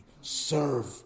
Serve